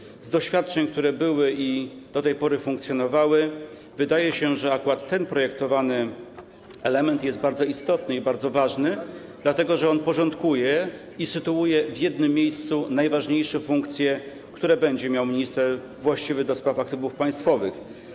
Uwzględniając doświadczenia, które były i do tej pory funkcjonowały, wydaje się, że akurat ten projektowany element jest bardzo istotny i bardzo ważny, dlatego że on porządkuje i sytuuje w jednym miejscu najważniejsze funkcje, które będzie miał minister właściwy do spraw aktywów państwowych.